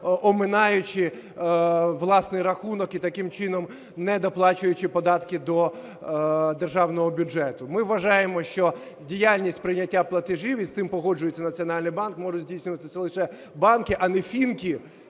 оминаючи власний рахунок і таким чином не доплачуючи податки до державного бюджету. Ми вважаємо, що діяльність прийняття платежів, і з цим погоджується Національний банк, можуть здійснювати лише банки, а не "фінки",